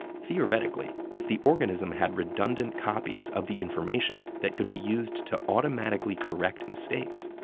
theoretically, if the organism had redundant copies of the information that could be used to automatically correct mistakes,